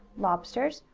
lobsters,